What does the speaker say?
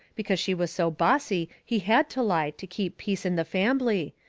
because she was so bossy he had to lie to keep peace in the fambly,